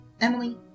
Emily